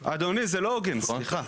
אדוני, זה לא הוגן, סליחה.